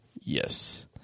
yes